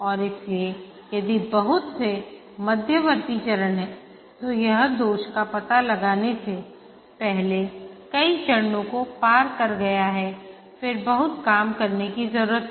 और इसलिए यदि बहुत से मध्यवर्ती चरण हैं तो यह दोष का पता लगाने से पहले कई चरणों को पार कर गया हैफिर बहुत काम करने की जरूरत है